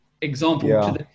example